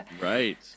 Right